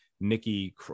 Nikki